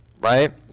right